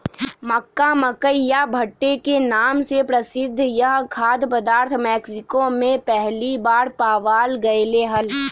मक्का, मकई या भुट्टे के नाम से प्रसिद्ध यह खाद्य पदार्थ मेक्सिको में पहली बार पावाल गयले हल